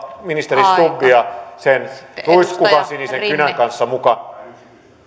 ministeri stubbia sen ruiskukansinisen kynän kanssa mukaan